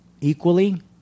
equally